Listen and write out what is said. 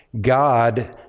God